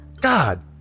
God